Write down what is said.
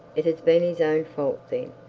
it has been his own fault then.